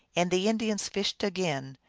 and the indians fished again,